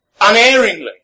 unerringly